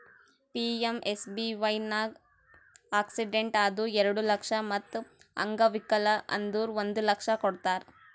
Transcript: PMSBY ನಾಗ್ accident ಆದುರ್ ಎರಡು ಲಕ್ಷ ಮತ್ ಅಂಗವಿಕಲ ಆದುರ್ ಒಂದ್ ಲಕ್ಷ ಕೊಡ್ತಾರ್